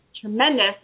tremendous